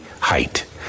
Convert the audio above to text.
height